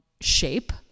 shape